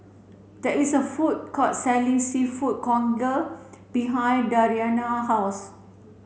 there is a food court selling seafood congee behind Dariana house